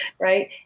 Right